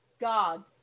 God